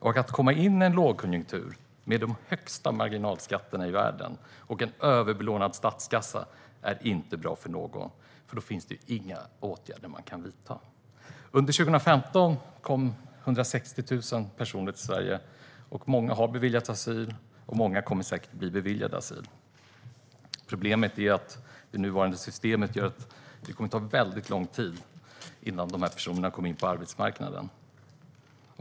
Och att komma in i en lågkonjunktur med de högsta marginalskatterna i världen och en överbelånad statskassa är inte bra för någon, för då finns det inga åtgärder man kan vidta. Under 2015 kom 160 000 personer till Sverige. Många har beviljats asyl, och många kommer säkert att bli beviljade asyl. Problemet är att det nuvarande systemet gör att det kommer att ta väldigt lång tid innan de här personerna kommer in på arbetsmarknaden.